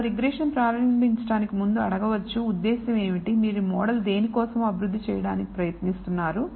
మనం రిగ్రెషన్ ప్రారంభించడానికి ముందు అడగవచ్చు ఉద్దేశ్యం ఏమిటి మీరు మోడల్ దేని కోసం అభివృద్ధి చేయడానికి ప్రయత్నిస్తున్నారు